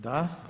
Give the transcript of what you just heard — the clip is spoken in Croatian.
Da.